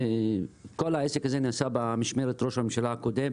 כל העסק הזה נעשה במשמרת של ראש הממשלה הקודם,